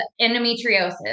endometriosis